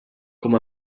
com